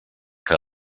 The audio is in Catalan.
que